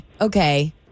okay